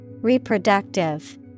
Reproductive